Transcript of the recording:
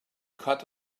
cut